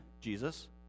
Jesus